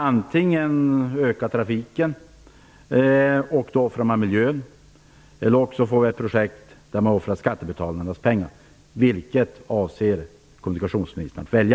Antingen ökar man trafiken, och offrar miljön, eller också får man ett projekt där man offrar skattebetalarnas pengar. Vilket avser kommunikationsministern att välja?